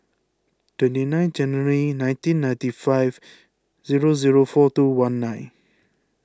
twenty nine January nineteen ninety five zero zero four two one nine